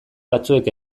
batzuek